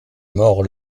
mort